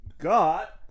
got